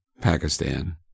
Pakistan